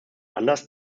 anderes